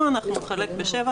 נחלק בשבע,